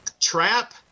trap